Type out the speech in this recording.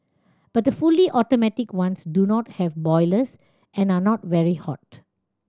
but the fully automatic ones do not have boilers and are not very hot